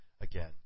again